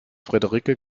frederike